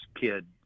kid